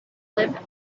live